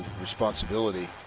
responsibility